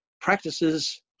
practices